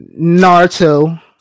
Naruto